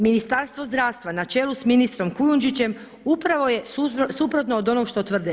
Ministarstvo zdravstva na čelu sa ministrom Kujundžićem upravo je suprotno od onog što tvrde.